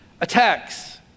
attacks